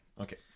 okay